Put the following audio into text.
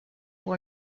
all